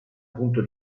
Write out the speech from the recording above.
punto